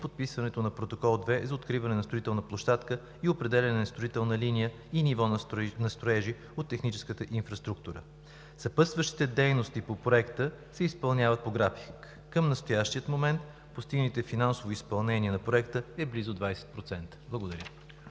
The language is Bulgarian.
подписването на Протокол № 2 за откриване на строителна площадка и определяне на строителна линия и ниво на строежи от техническата инфраструктура. Съпътстващите дейности по Проекта се изпълняват по график. Към настоящия момент постигнатото финансово изпълнение на Проекта е близо 20%. Благодаря.